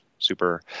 super